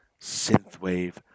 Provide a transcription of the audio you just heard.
synthwave